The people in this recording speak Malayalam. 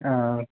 ആ